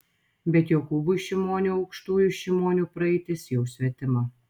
bet jokūbui šimoniui aukštųjų šimonių praeitis jau svetima